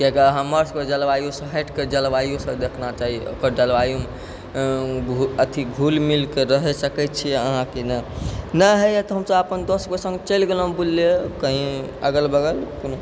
कियाकि हमर सबके जलवायुसँ हटिकऽ जलवायु सब देखना चाही ओकर जलवायु अथी घुलि मिलिकऽ रहै सकै छियै अहाँ कि नहि नै होइए तऽ हमसब अपन दोस्त सबके सङ्ग चलि गेलहुँ बुलै कहीँ अगल बगल